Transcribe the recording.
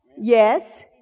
Yes